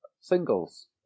singles